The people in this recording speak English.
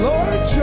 Lord